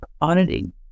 auditing